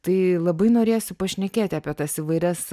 tai labai norėsiu pašnekėti apie tas įvairias